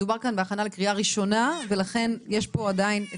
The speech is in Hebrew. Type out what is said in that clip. מדובר כאן בהכנה לקריאה ראשונה ולכן יש פה עדיין את